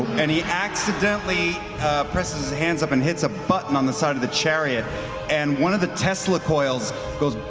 and he accidentally presses his hands up and hits a button on the side of the chariot and one of the tesla coils goes,